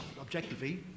objectively